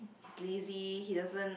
he's lazy he doesn't